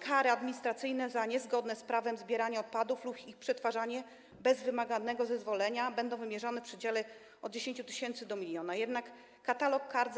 Kary administracyjne za niezgodne z prawem zbieranie odpadów lub ich przetwarzanie bez wymaganego zezwolenia będą wymierzane w przedziale od 10 tys. do 1 mln, jednak katalog kar